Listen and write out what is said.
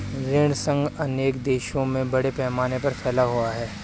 ऋण संघ अनेक देशों में बड़े पैमाने पर फैला हुआ है